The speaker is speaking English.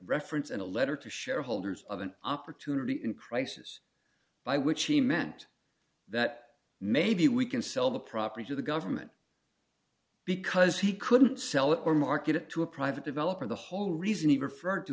reference in a letter to shareholders of an opportunity in crisis by which he meant that maybe we can sell the property to the government because he couldn't sell it or market it to a private developer the whole reason he referred to